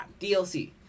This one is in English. DLC